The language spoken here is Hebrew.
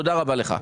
תודה רבה לך.